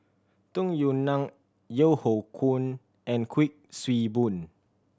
Tung Yue Nang Yeo Hoe Koon and Kuik Swee Boon